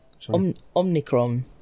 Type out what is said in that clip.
Omnicron